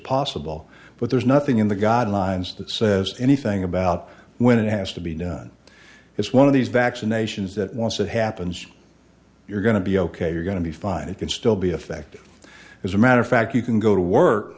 possible but there's nothing in the god lines that says anything about when it has to be done it's one of these vaccinations that once it happens you're going to be ok you're going to be fine it can still be effective as a matter of fact you can go to work